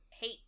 hate